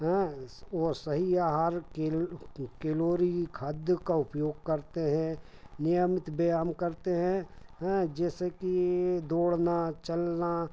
हाँ और सही आहार केलोरी खाद्य का उपयोग करते हैं नियमित व्यायाम करते हैं हाँ जैसे कि दौड़ना चलना